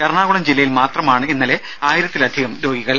എറണാകുളം ജില്ലയിൽ മാത്രമാണ് ഇന്നലെ ആയിരത്തിലധികം രോഗികൾ